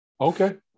okay